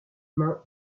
mains